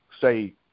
say